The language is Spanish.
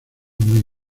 muy